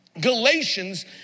Galatians